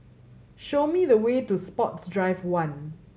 show me the way to Sports Drive One